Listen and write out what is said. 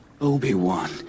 Obi-Wan